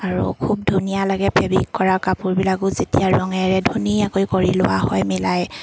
আৰু খুব ধুনীয়া লাগে ফেব্ৰিক কৰা কাপোৰবিলাকো যেতিয়া ৰঙেৰে ধুনীয়াকৈ কৰি লোৱা হয় মিলাই